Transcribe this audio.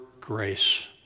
grace